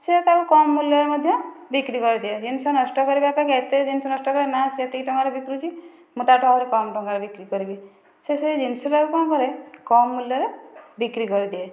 ସେ ତାକୁ କମ ମୂଲ୍ୟରେ ମଧ୍ୟ ବିକ୍ରି କରିଦିଏ ଜିନିଷ ନଷ୍ଟ କରିବା ଅପେକ୍ଷା ଏତେ ଜିନିଷ ନଷ୍ଟ କରିବା ନା ସେ ଏତିକି ଟଙ୍କାରେ ବିକୁଛି ମୁଁ ତାଠୁ ଆହୁରି କମ ଟଙ୍କାରେ ବିକ୍ରି କରିବି ସେ ସେଇ ଜିନିଷଟା କୁ କଣ କରେ କମ ମୂଲ୍ୟରେ ବିକ୍ରି କରିଦିଏ